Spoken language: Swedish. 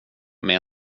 med